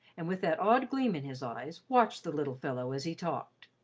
and with that odd gleam in his eyes watched the little fellow as he talked.